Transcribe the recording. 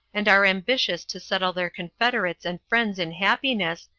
and are ambitious to settle their confederates and friends in happiness,